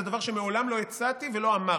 זה דבר שמעולם לא הצעתי ולא אמרתי.